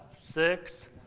six